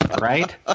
right